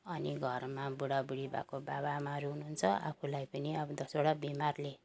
अनि घरमा बुढा बुढी भएको बाबाआमाहरू हुनु हुन्छ आफूँलाई पनि अब दसवटा बिमारले